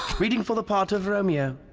reading for the part of romeo.